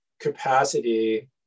capacity